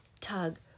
tug